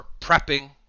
prepping